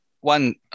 One